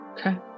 Okay